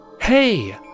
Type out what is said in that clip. Hey